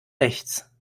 rechts